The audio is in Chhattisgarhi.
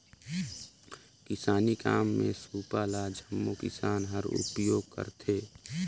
किसानी काम मे सूपा ल जम्मो किसान मन उपियोग करथे